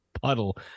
puddle